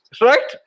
Right